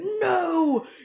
no